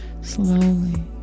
slowly